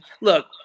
Look